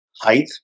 height